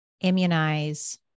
immunize